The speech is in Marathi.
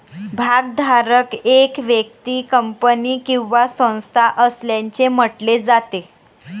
भागधारक एक व्यक्ती, कंपनी किंवा संस्था असल्याचे म्हटले जाते